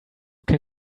can